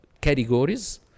categories